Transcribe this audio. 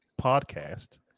podcast